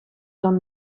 dan